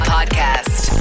Podcast